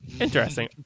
Interesting